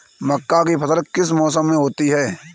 मक्का की फसल किस मौसम में होती है?